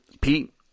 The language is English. Pete